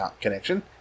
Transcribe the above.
connection